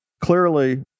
clearly